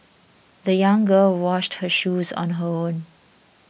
the young girl washed her shoes on her own